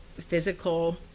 physical